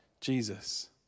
Jesus